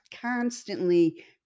constantly